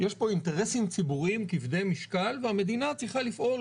יש פה אינטרסים ציבוריים כבדי משקל והמדינה צריכה לפעול,